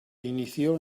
inició